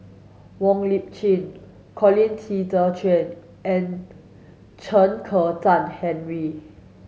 Wong Lip Chin Colin Qi Zhe Quan and Chen Kezhan Henri